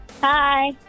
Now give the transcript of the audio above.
Hi